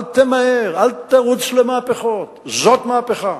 אל תמהר, אל תרוץ למהפכות, זאת מהפכה